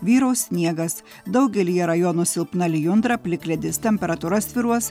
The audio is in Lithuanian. vyraus sniegas daugelyje rajonų silpna lijundra plikledis temperatūra svyruos